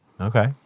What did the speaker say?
Okay